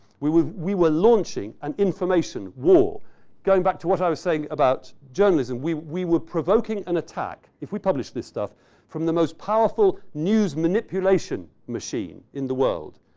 we were we were launching an information war going back to what i was saying about journalism. we we were provoking an attack if we publish this stuff from the most powerful news manipulation machine in the world.